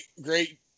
great